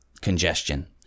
congestion